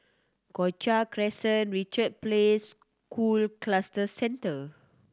Cochrane Crescent Richard Place School Cluster Centre